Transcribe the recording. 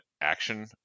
action